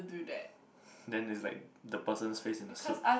then there's like the person's face in the suit